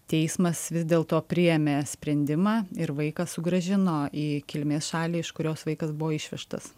teismas vis dėlto priėmė sprendimą ir vaiką sugrąžino į kilmės šalį iš kurios vaikas buvo išvežtas